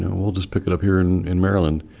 we'll just pick it up here in in maryland.